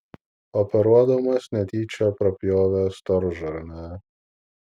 operuodamas netyčia prapjovė storžarnę